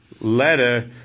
letter